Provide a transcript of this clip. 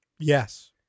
Yes